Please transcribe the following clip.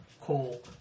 cool